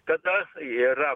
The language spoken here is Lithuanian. tadas yra